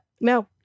no